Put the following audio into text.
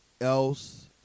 else